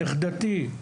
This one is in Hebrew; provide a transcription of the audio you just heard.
נכדתי,